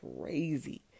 crazy